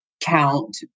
count